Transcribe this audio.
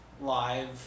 live